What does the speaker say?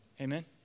Amen